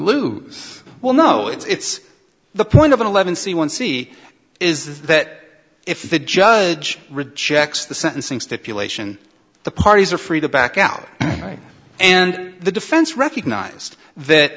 lose well no it's the point of an eleven c one c is that if the judge rejects the sentencing stipulation the parties are free to back out right and the defense recognized that